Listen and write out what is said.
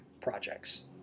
projects